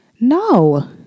No